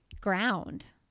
ground